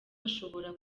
ashobora